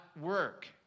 work